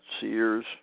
Sears